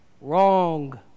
wrong